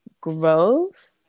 growth